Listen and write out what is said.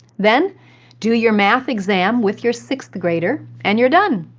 then do your math exam with your sixth grader and you're done.